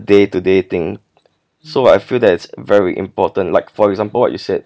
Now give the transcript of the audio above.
day to day thing so I feel that's very important like for example what you said